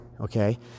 Okay